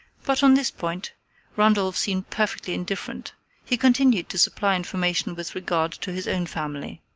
but on this point randolph seemed perfectly indifferent he continued to supply information with regard to his own family.